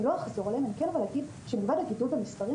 אני לא אחזור עליהם שמלבד העלייה במספרים